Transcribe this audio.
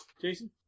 Jason